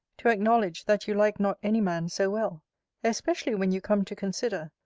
to acknowledge, that you like not any man so well especially, when you come to consider,